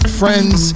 friends